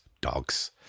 Dogs